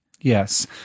Yes